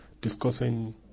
discussing